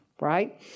right